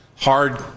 hard